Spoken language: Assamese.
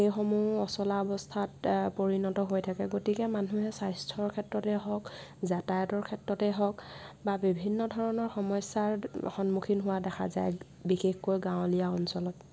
সেইসমূহ অচলা অৱস্থাত পৰিণত হয় থাকে গতিকে মানুহে স্বাস্থ্যৰ ক্ষেত্ৰতেই হওক যাতায়তৰ ক্ষেত্ৰতেই হওক বা বিভিন্ন ধৰণৰ সমস্যাৰ সন্মুখীন হোৱা দেখা যায় বিশেষকৈ গাঁৱলীয়া অঞ্চলত